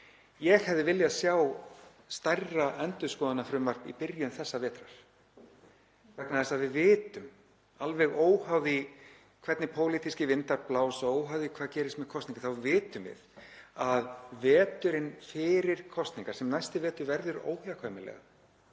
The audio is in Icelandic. Ég hefði viljað sjá stærra endurskoðunarfrumvarp í byrjun þessa vetrar vegna þess að við vitum, alveg óháð því hvernig pólitískir vindar blása og óháð því hvað gerist með kosningar, að veturinn fyrir kosningar, sem næsti vetur verður óhjákvæmilega